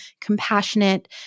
compassionate